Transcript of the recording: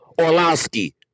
Orlowski